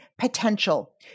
potential